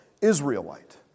Israelite